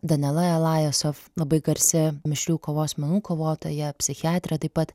danela elajasof labai garsi mišrių kovos menų kovotoja psichiatrė taip pat